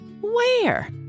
Where